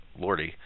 Lordy